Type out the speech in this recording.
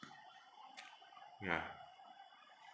ya